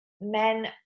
men